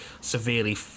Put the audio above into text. severely